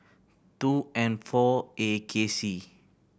two N four A K C